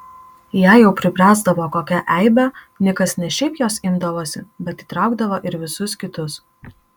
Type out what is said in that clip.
jei jau pribręsdavo kokia eibė nikas ne šiaip jos imdavosi bet įtraukdavo ir visus kitus